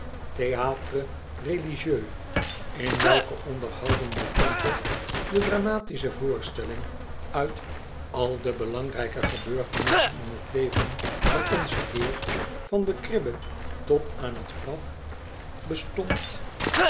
in welken onderhoudenden tempel de dramatische voorstelling uit al de belangrijke gebeurtenissen in t leven van onzen heer van de kribbe tot aan het graf bestond